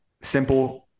simple